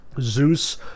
Zeus